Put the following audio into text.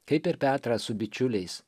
kaip ir petras su bičiuliais